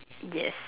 yes